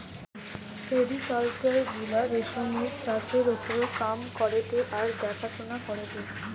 sericulture গুলা রেশমের চাষের ওপর কাম করেটে আর দেখাশোনা করেটে